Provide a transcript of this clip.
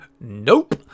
Nope